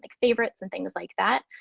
like favorites, and things like that.